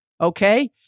Okay